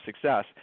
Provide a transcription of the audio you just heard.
success